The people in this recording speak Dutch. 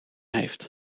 heeft